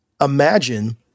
Imagine